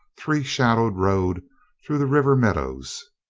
three shadowed road through the river meadows.